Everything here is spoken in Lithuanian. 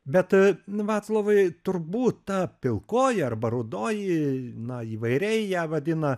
bet vaclovai turbūt ta pilkoji arba rudoji na įvairiai ją vadina